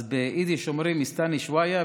אז ביידיש אומרים "סתני שוויה",